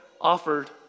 offered